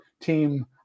team